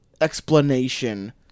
explanation